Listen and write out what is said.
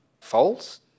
False